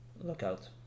lookout